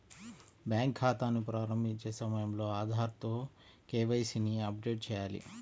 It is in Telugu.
బ్యాంకు ఖాతాని ప్రారంభించే సమయంలో ఆధార్ తో కే.వై.సీ ని అప్డేట్ చేయాలి